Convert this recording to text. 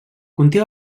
conté